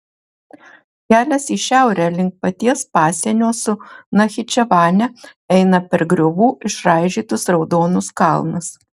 kelias į šiaurę link paties pasienio su nachičevane eina per griovų išraižytus raudonus kalnus